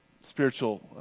spiritual